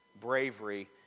bravery